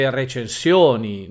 recensioni